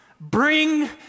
bring